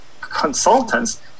consultants